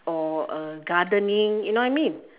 or uh gardening you know what I mean